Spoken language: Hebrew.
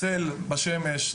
אין צל ומתאמנים בשמש.